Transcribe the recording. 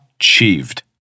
achieved